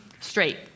straight